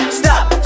stop